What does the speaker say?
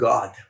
God